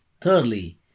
Thirdly